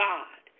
God